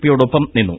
പിയോടൊപ്പം നിന്നു